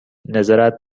نظرت